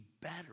better